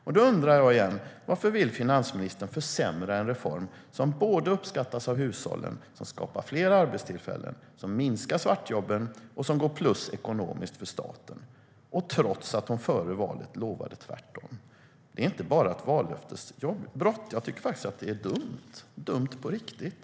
Jag undrar igen: Varför vill finansministern försämra en reform som såväl uppskattas av hushållen och skapar fler arbetstillfällen som minskar svartjobben och går plus ekonomiskt för staten - trots att hon före valet lovade tvärtom? Det är inte bara ett vallöftesbrott. Jag tycker att det är dumt - dumt på riktigt!